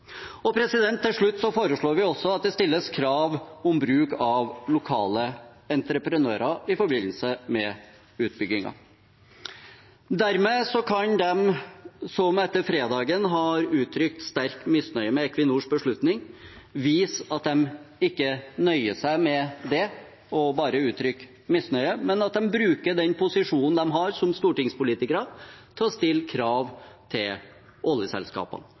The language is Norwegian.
Til slutt foreslår vi at det stilles krav om bruk av lokale entreprenører i forbindelse med utbyggingen. Dermed kan de som etter fredagen har uttrykt sterk misnøye med Equinors beslutning, vise at de ikke nøyer seg med bare å uttrykke misnøye, men at de bruker den posisjonen de har som stortingspolitikere, til å stille krav til oljeselskapene.